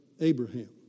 Abraham